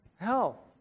Hell